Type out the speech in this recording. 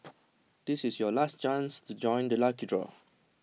this is your last chance to join the lucky draw